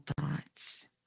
thoughts